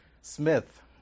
Smith